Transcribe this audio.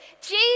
Jesus